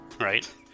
right